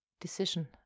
decision